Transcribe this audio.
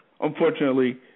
unfortunately